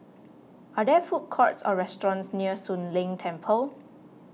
are there food courts or restaurants near Soon Leng Temple